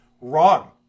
Wrong